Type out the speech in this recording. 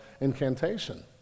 incantation